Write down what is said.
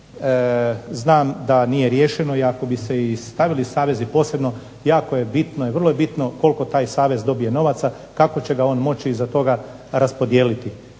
Znam da nije riješeno, iako bi se stavili savezi posebno, jako je bitno i vrlo je bitno koliko taj savez dobije novaca kako će ga on raspodijeliti.